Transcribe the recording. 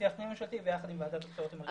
שיח פנים ממשלתי יחד עם ועדת הבחירות המרכזית.